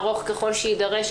ארוך ככל שיידרש,